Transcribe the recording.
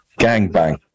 gangbang